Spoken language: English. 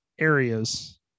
areas